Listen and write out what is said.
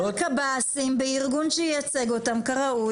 צריך שהקב"סים יהיו בארגון שייצג אותם כראוי,